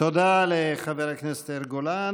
תודה לחבר הכנסת יאיר גולן.